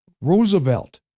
Roosevelt